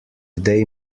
they